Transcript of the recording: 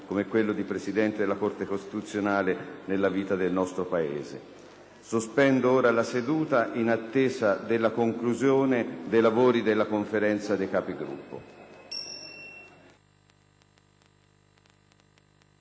come quello di Presidente della Corte costituzionale. Sospendo la seduta in attesa della conclusione dei lavori della Conferenza dei Capigruppo.